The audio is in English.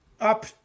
up